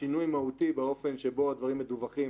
שינוי מהותי באופן שבו הדברים מדווחים